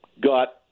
got